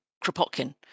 Kropotkin